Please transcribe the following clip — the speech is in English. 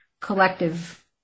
collective